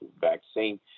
vaccine